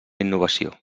innovació